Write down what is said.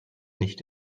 nicht